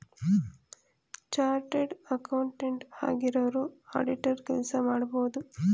chartered accountant ಆಗಿರೋರು auditor ಕೆಲಸ ಮಾಡಬೋದು